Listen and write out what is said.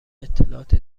اطلاعات